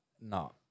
no